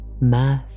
Mirth